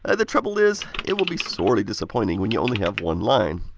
ah the trouble is, it will be sorely disappointing when you only have one line.